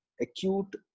acute